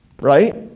Right